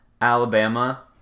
Alabama